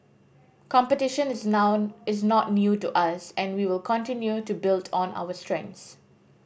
competition is is not new to us and we will continue to build on our strengths